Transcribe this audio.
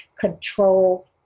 control